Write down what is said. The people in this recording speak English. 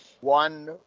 one